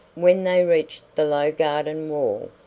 when they reached the low garden wall,